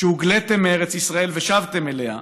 שהוגליתם מארץ ישראל ושבתם אליה,